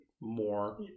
more